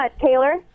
Taylor